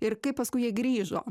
ir kaip paskui jie grįžo